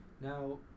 Now